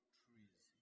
trees